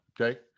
okay